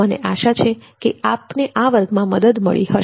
મને આશા છે કે આપ વર્ગ માં તમને મદદ મળી હશે